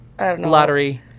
lottery